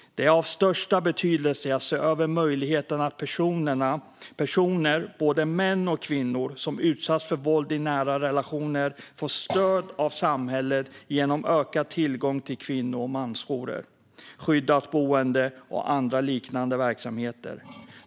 Det är av största betydelse att vi ser över möjligheterna för personer - både män och kvinnor - som utsatts för våld i nära relationer att få stöd av samhället genom ökad tillgång till kvinno och mansjourer, skyddat boende och andra liknande verksamheter.